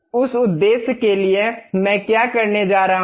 उस उद्देश्य के लिए मैं क्या करने जा रहा हूं